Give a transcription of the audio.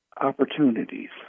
opportunities